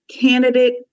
candidate